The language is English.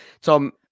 Tom